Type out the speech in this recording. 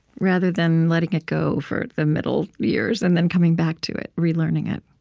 rather than letting it go for the middle years and then coming back to it, relearning it